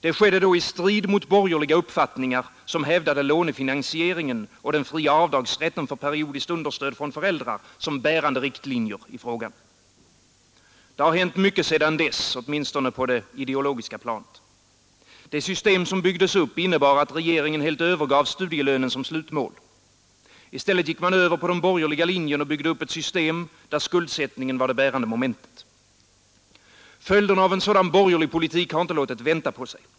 Det skedde då i strid mot borgerliga uppfattningar, som hävdade lånefinansieringen och den fria avdragsrätten för periodiskt understöd från föräldrar som bärande riktlinjer i frågan. Det har hänt mycket sedan dess — åtminstone på det ideologiska planet. Det system som byggdes upp innebar att regeringen helt övergav studielönen som slutmål. I stället gick man över på den borgerliga linjen och byggde upp ett system där skuldsättningen var det bärande momentet. Följderna av en sådan borgerlig politik har inte låtit vänta på sig.